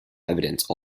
evidence